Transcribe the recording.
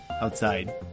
outside